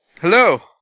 Hello